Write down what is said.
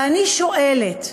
ואני שואלת,